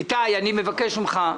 איתי, אני מבקש ממך,